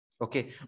Okay